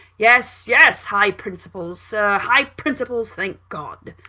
yes yes! high principles, sir high principles, thank god!